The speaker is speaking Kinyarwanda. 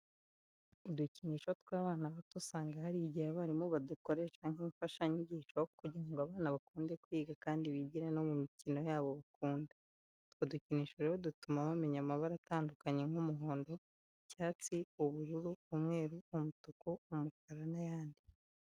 Udukinisho tw'abana bato usanga hari igihe abarimu badukoresha nk'imfashanyigisho kugira ngo abana bakunde kwiga kandi bigire no mu mikino yabo bakunda. Utwo dukinisho rero dutuma bamenya amabara atandukanye nk'umuhondo, icyatsi, ubururu, umweru, umutuku, umukara n'ayandi.